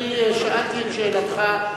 שאלתי את שאלתך,